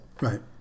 Right